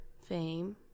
fame